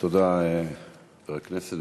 תודה, חבר הכנסת.